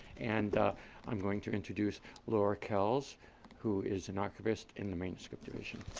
and i'm going to introduce laura kells who is an archivist in the manuscript division.